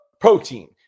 protein